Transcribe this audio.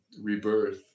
rebirth